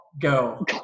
go